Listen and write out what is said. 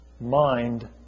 Mind